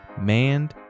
manned